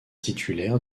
titulaire